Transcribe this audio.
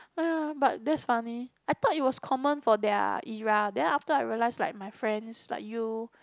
but that's funny I thought it was common for their era then after I realized like my friends like you